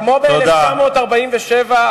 כמו ב-1947,